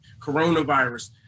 coronavirus